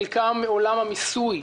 חלקם מעולם המיסוי,